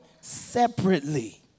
separately